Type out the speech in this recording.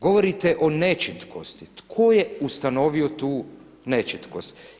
Govorite o nečitkosti, tko je ustanovio tu nečitkost?